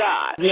God